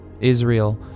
Israel